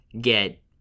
get